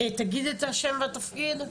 תגיד את השם והתפקיד.